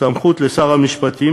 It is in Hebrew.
סמכות לשר המשפטים,